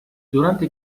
durante